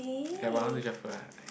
at !wah! how to shuffle ah